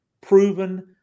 proven